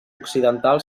occidental